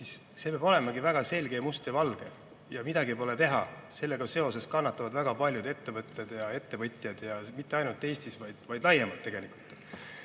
siis see peab olema väga selge, must ja valge. Ja midagi pole teha, sellega seoses kannatavad väga paljud ettevõtted ja ettevõtjad mitte ainult Eestis, vaid laiemalt.